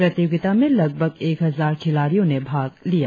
प्रतियोगिता में लगभग एक हजार खिलाड़ियो ने भाग लिया